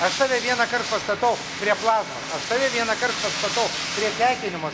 aš tave vieną kart pastatau prie plazmos aš tave vieną kart pastatau prie tekinimo